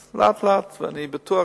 אז לאט-לאט, ואני בטוח